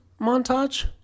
montage